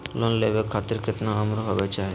Loan लेवे खातिर केतना उम्र होवे चाही?